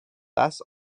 das